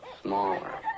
Smaller